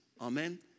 Amen